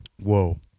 Whoa